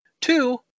Two